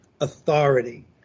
authority